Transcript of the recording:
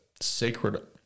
sacred